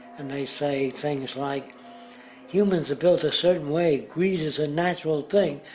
and they say things like humans are built a certain way, greed is a natural thing,